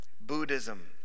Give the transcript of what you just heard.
Buddhism